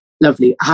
lovely